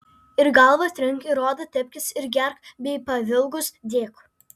ir galvą trink ir odą tepkis ir gerk bei pavilgus dėk